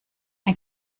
ein